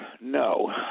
No